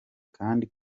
kandi